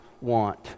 want